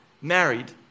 married